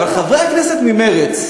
אבל חברי הכנסת ממרצ,